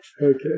Okay